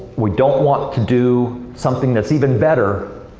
we don't want to do something that's even better,